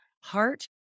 heart